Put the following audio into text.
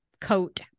coat